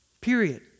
Period